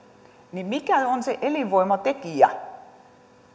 niin mikä on se elinvoimatekijä